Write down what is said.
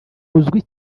uzwi